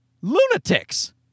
lunatics